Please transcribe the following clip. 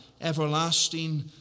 everlasting